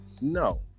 no